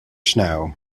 snow